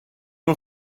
nhw